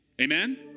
Amen